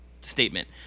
statement